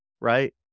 right